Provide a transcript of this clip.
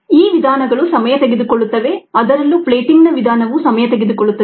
ಈ ವಿಧಾನಗಳು ಸಮಯ ತೆಗೆದುಕೊಳ್ಳುತ್ತವೆ ಅದರಲ್ಲೂ ಪ್ಲೇಟಿಂಗ್ನ ವಿಧಾನವು ಸಮಯ ತೆಗೆದುಕೊಳ್ಳುತ್ತದೆ